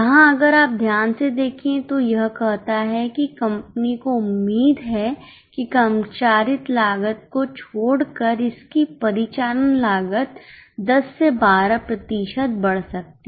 यहां अगर आप ध्यान से देखें तो यह कहता है कि कंपनी को उम्मीद है कि कर्मचारी लागत को छोड़कर इसकी परिचालन लागत 10 से 12 प्रतिशत बढ़ सकती है